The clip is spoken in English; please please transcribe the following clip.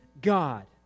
God